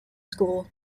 school